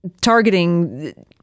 targeting